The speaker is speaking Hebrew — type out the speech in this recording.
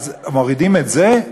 אז מורידים את זה?